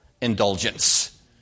indulgence